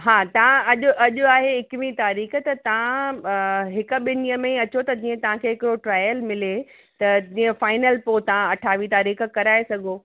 हा तव्हां अॼु अॼु आहे एकवीह तारीख़ त तव्हां हिकु ॿिन ॾींहंनि में ई अचो त जीअं तव्हांखे हिकिड़ो ट्रायल मिले त जीअं फ़ाइनल पोइ तव्हां अठावीह तारीख़ कराए सघो